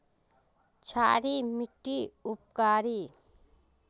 क्षारी मिट्टी उपकारी?